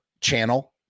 channel